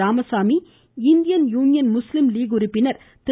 ராமசாமி இந்திய Union Muslim League உறுப்பினர் திரு